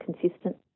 consistent